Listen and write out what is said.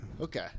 Okay